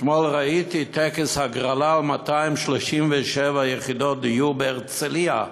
אתמול ראיתי טקס הגרלה על 237 יחידות דיור בהרצליה.